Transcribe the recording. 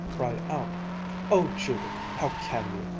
cried out oh, judith, how can you!